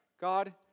God